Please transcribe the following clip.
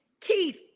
Keith